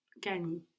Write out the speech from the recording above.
Gani